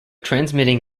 transmitting